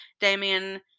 Damien